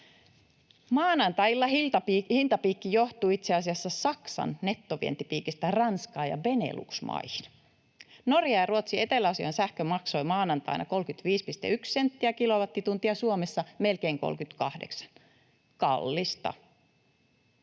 Maanantai-illan hintapiikki johtui itse asiassa Saksan nettovientipiikistä Ranskaan ja Benelux-maihin. Norjan ja Ruotsin eteläosien sähkö maksoi maanantaina 35,1 senttiä kilowattitunnilta